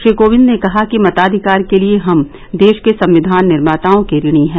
श्री कोविंद ने कहा कि मताधिकार के लिये हम देश क संविधान निर्माताओं के ऋणी हैं